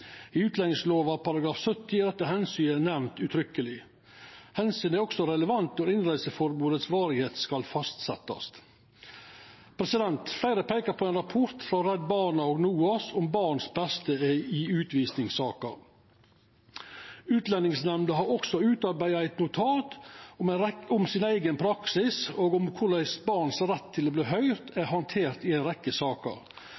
I utlendingslova § 70 er dette omsynet nemnt uttrykkeleg. Omsynet er også relevant når varigheita på innreiseforbodet skal fastsettast. Fleire peikar på ein rapport frå Redd Barna og NOAS om barns beste i utvisingssaker. Utlendingsnemnda har også utarbeidd eit notat om sin eigen praksis og om korleis barns rett til å